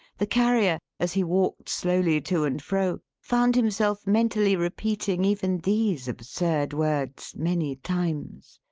the carrier, as he walked slowly to and fro, found himself mentally repeating even these absurd words, many times.